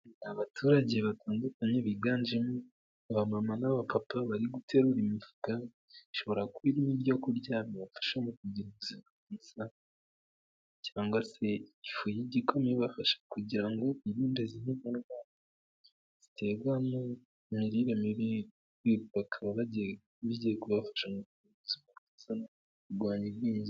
Abaturage batandukanye biganjemo abamama n'abapapa bari guterura imifuka, ishobora kuba irimo ibyo kurya bibafasha mu kugira ubuzima bwiza cyangwa se ifu y'igikoma ibafasha kugira ngo birinde zimwe mu ndwara ziterwa n'imirire mibi, bikaba bigiye kubafasha mu buzima bwiza no kurwanya igwingira.